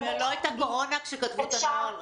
לא הייתה קורונה כשכתבו את הנוהל.